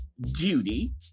duty